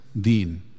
deen